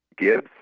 Gibbs